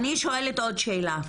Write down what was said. אני שואלת עוד שאלה.